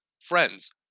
friends